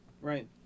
Right